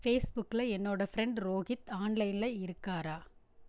பேஸ்புக்கில் என்னோட ஃப்ரெண்ட் ரோஹித் ஆன்லைனில் இருக்காரா